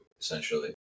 essentially